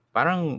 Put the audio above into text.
Parang